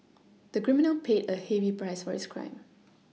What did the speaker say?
the criminal paid a heavy price for his crime